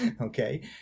okay